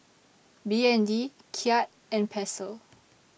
B N D Kyat and Peso